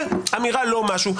אמירה לא משהו.